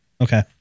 Okay